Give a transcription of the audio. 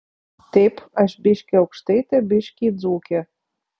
taip aš biškį aukštaitė biškį dzūkė